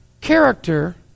Character